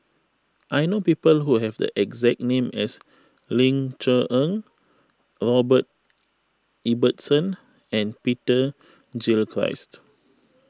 I know people who have the exact name as Ling Cher Eng Robert Ibbetson and Peter Gilchrist